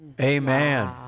Amen